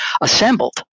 assembled